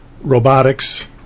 robotics